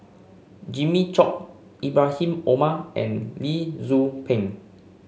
Jimmy Chok Ibrahim Omar and Lee Tzu Pheng